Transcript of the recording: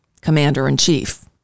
commander-in-chief